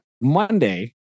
Monday